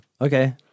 okay